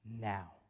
now